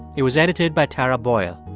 it was edited by tara boyle.